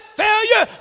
failure